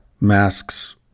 Masks